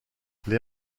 les